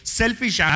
selfish